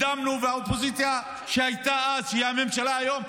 והאופוזיציה שהייתה אז והיא הממשלה היום,